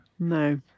No